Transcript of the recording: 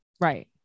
Right